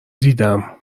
دیدم